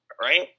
right